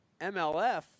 mlf